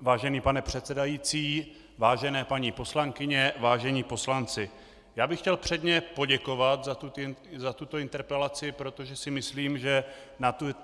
Vážený pane předsedající, vážené paní poslankyně, vážení poslanci, já bych chtěl předně poděkovat za tuto interpelaci, protože si myslím, že